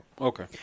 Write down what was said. Okay